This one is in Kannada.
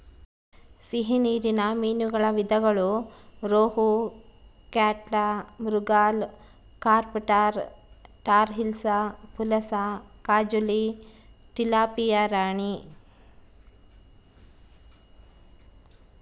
ಸಿಹಿ ನೀರಿನ ಮೀನುಗಳ ವಿಧಗಳು ರೋಹು, ಕ್ಯಾಟ್ಲಾ, ಮೃಗಾಲ್, ಕಾರ್ಪ್ ಟಾರ್, ಟಾರ್ ಹಿಲ್ಸಾ, ಪುಲಸ, ಕಾಜುಲಿ, ಟಿಲಾಪಿಯಾ ರಾಣಿ